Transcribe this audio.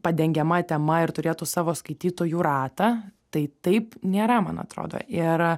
padengiama tema ir turėtų savo skaitytojų ratą tai taip nėra man atrodo ir